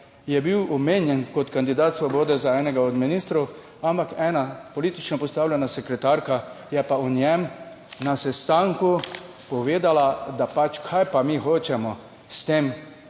je bil omenjen kot kandidat svobode za enega od ministrov, ampak ena politično postavljena sekretarka je pa o njem na sestanku povedala, da pač, kaj pa mi hočemo s tem